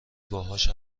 باهاش